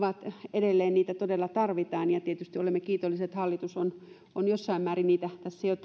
edelleen niitä todella tarvitaan tietysti olemme kiitollisia että hallitus on on jossain määrin niitä tässä